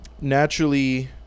naturally